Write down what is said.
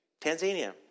Tanzania